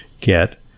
get